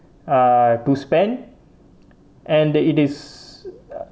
ah to spend and uh it is